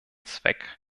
zweck